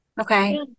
Okay